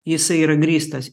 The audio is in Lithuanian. jisai yra grįstas